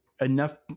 enough